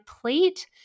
plate